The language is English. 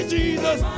Jesus